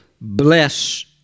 bless